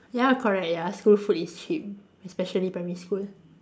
ya correct ya school food is cheap especially primary school